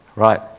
Right